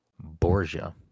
Borgia